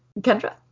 Kendra